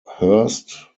hearst